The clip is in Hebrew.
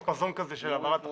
בחיפזון כזה של העברת החוק,